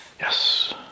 yes